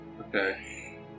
Okay